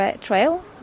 trail